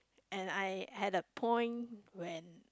and I had the point when